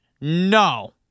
No